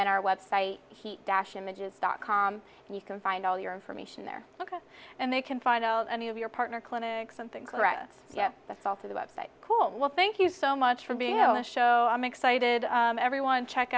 then our website heat dash images dot com and you can find all your information there and they can find out any of your partner clinics something clarets that's all through the website quote well thank you so much for being on the show i'm excited everyone check